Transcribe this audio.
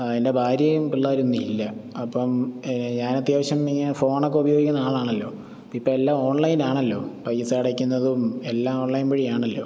ആ എൻ്റെ ഭാര്യയും പിള്ളേരും ഇന്നില്ല അപ്പം ഞാൻ അത്യാവശ്യം ഇങ്ങനെ ഫോണൊക്കെ ഉപയോഗിക്കുന്ന ആളാണല്ലോ ഇപ്പം എല്ലാം ഓൺലൈൻ ആണല്ലോ പൈസ അടയ്ക്കുന്നതും എല്ലാം ഓൺലൈൻ വഴിയാണല്ലോ